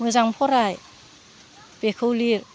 मोजां फराय बेखौ लिर